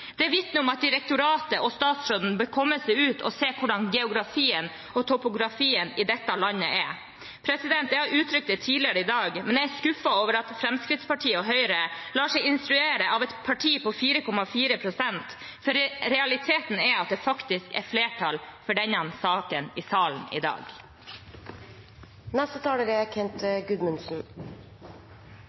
ut. Det vitner om at direktoratet og statsråden bør komme seg ut og se hvordan geografien og topografien i dette landet er. Jeg har uttrykt det tidligere i dag, men jeg er skuffet over at Fremskrittspartiet og Høyre lar seg instruere av et parti på 4,4 pst., for realiteten er at det faktisk er flertall for denne saken i salen i dag. Det er